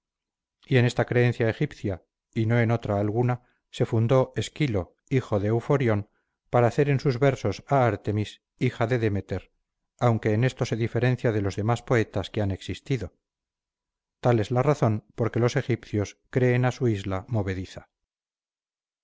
y en esta creencia egipcia y no en otra alguna se fundó esquilo hijo de euforion para hacer en sus versos a artemis hija de demeter aunque en esto se diferencia de los demás poetas que han existido tal es la razón por que los egipcios creen a su isla movediza